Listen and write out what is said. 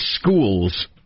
schools